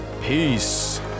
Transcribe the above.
Peace